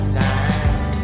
time